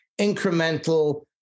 incremental